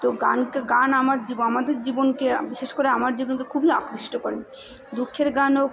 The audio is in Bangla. তো গানকে গান আমার জীব আমাদের জীবনকে বিশেষ করে আমার জীবনকে খুবই আকৃষ্ট করে দুঃখের গান হোক